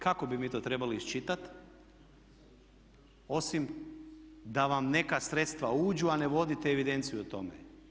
Kako bi mi to trebali iščitati osim da vam neka sredstva uđu, a ne vodite evidenciju o tome?